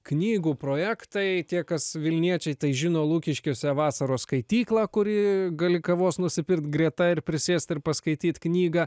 knygų projektai tie kas vilniečiai tai žino lukiškėse vasaros skaityklą kuri gali kavos nusipirkt greta ir prisėst ir paskaityt knygą